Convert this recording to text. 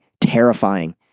terrifying